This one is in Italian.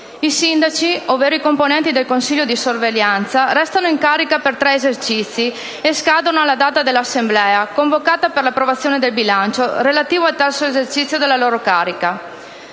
I sindaci, ovvero i componenti del consiglio di sorveglianza, restano poi in carica per tre esercizi e scadono alla data dell'assemblea convocata per l'approvazione del bilancio relativo al terzo esercizio della loro carica.